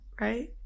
right